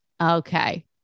Okay